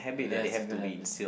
ya it's a good habit